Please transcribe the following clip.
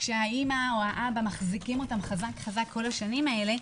כשאימא או האבא מחזיקים אותם חזק כל השנים האלה.